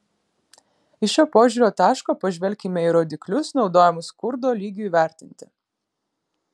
iš šio požiūrio taško pažvelkime į rodiklius naudojamus skurdo lygiui vertinti